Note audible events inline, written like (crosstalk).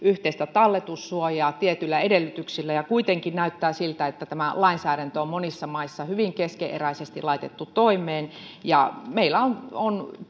yhteistä talletussuojaa tietyillä edellytyksillä kuitenkin näyttää siltä että tämä lainsäädäntö on monissa maissa hyvin keskeneräisesti laitettu toimeen ja meillä on on (unintelligible)